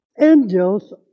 angels